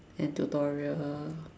and tutorial